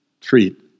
treat